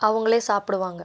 அவங்களே சாப்பிடுவாங்க